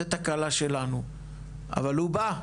זו תקלה שלנו אבל הוא בא,